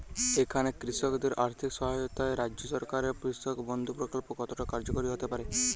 এখানে কৃষকদের আর্থিক সহায়তায় রাজ্য সরকারের কৃষক বন্ধু প্রক্ল্প কতটা কার্যকরী হতে পারে?